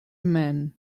man